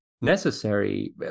necessary